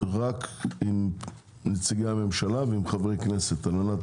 רק עם נציגי הממשלה ועם חברי כנסת על מנת